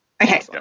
Okay